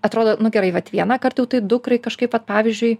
atrodo nu gerai vat vienąkart jau tai dukrai kažkaip vat pavyzdžiui